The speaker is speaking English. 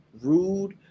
rude